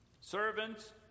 Servants